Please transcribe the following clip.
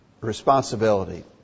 responsibility